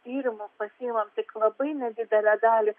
tyrimus pasiimam tik labai nedidelę dalį